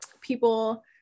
people